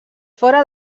fora